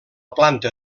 planta